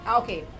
okay